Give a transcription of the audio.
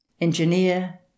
Engineer